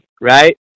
right